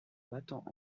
battant